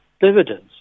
dividends